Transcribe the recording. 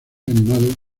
animados